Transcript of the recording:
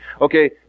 Okay